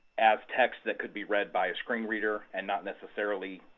as texts that could be read by a screen reader and not necessarily